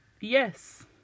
Yes